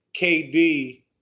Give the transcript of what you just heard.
KD